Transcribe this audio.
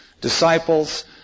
disciples